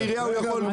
בעירייה הוא יכול זה